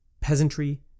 peasantry